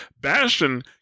bastion